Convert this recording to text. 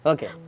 Okay